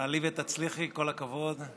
תעלי ותצליחי, כל הכבוד.